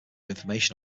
information